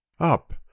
Up